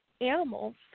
animals